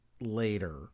later